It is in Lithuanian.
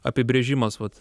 apibrėžimas vat